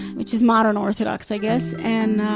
which is modern orthodox, i guess. and ah,